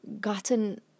gotten